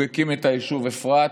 הוא הקים את היישוב אפרת,